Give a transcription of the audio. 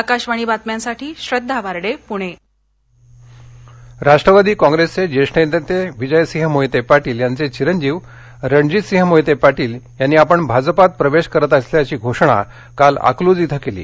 आकाशवाणी बातम्यांसाठी श्रद्वा वार्डे पुणे मोहिते पाटील राष्ट्रवादी कॉग्रेसचे ज्येष्ठ नेते विजयसिंह मोहिते पाटील यांचे चिरंजीव रणजीतसिंह मोहिते पाटील यांनी आपण भाजपात प्रवेश करत असल्याघी घोषणा काल अकलूज इथं केली